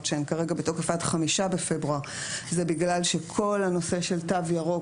שהן כרגע בתוקף עד 5 לפברואר זה בגלל שכל הנושא של תו ירוק